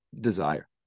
desire